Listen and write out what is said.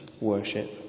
worship